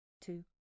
two